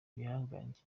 bihangange